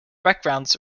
backgrounds